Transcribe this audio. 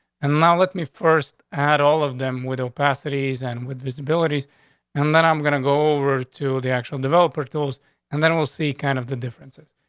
and now let me first at all of them with a pass it ease and with visibilities and then i'm gonna go over to the actual developer tools and then we'll see kind of the differences.